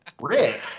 Rick